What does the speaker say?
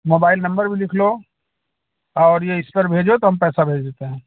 mobile number भी लिख लो और यह इस पर भेजो तो हम पैसा भेज देते हैं